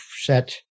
set